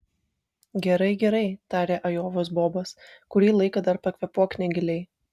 gerai gerai tarė ajovos bobas kurį laiką dar pakvėpuok negiliai